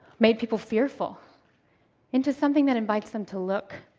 made people fearful into something that invites them to look,